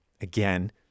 Again